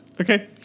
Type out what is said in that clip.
Okay